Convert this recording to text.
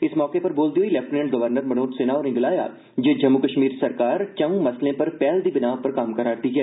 इस मौके पर बोलदे होई लेफ्टिनेंट गवर्नर मनोज सिन्हा होरें गलाया जे जम्मू कश्मीर सरकार चौं मसलें पर पैह्ल दी बिनाह् उप्पर कम्म करा करदी ऐ